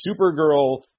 Supergirl